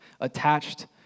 attached